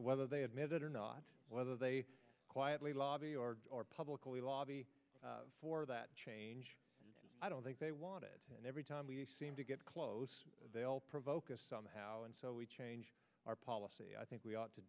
whether they admit it or not whether they quietly lobby or publicly lobby for that change i don't think they want it and every time we seem to get close they all provoke a somehow and so we change our policy i think we ought to